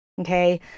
okay